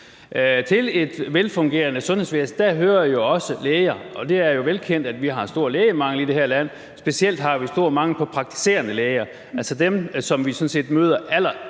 Til et velfungerende sundhedsvæsen hører jo også læger, og det er velkendt, at vi har stor lægemangel i det her land. Specielt har vi stor mangel på praktiserende læger, altså dem, som vi sådan set